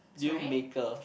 deal maker